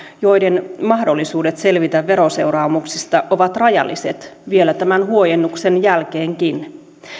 joiden mahdollisuudet selvitä veroseuraamuksista ovat rajalliset vielä tämän huojennuksen jälkeenkin